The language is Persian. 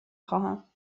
خواهم